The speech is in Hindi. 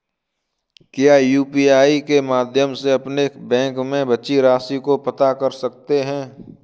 क्या यू.पी.आई के माध्यम से अपने बैंक में बची राशि को पता कर सकते हैं?